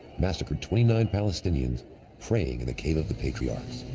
massacred twenty nine palestinians praying in the cave of the patriarchs.